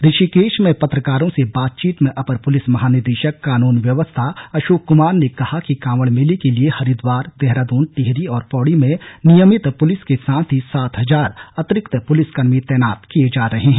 ऋषिकेश में पत्रकारों से बातचीत में अपर पुलिस महानिदेशक कानून व्यवस्था अशोक कमार ने कहा कि कांवड़ मेले के लिए हरिद्वार देहरादून टिहरी और पौड़ी में नियमित पुलिस के साथ ही सात हजार अतिरिक्त पुलिस कर्मी तैनात किए जा रहे हैं